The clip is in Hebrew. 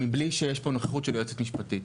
מבלי שיש פה נוכחות של יועצת משפטית.